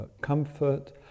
comfort